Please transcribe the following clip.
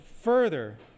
further